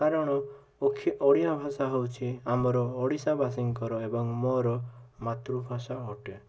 କାରଣ ଓଡ଼ିଆ ଭାଷା ହେଉଛି ଆମର ଓଡ଼ିଶାବାସୀଙ୍କର ଏବଂ ମୋର ମାତୃଭାଷା ଅଟେ